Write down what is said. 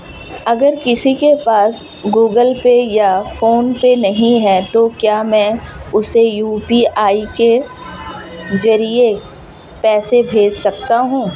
अगर किसी के पास गूगल पे या फोनपे नहीं है तो क्या मैं उसे यू.पी.आई के ज़रिए पैसे भेज सकता हूं?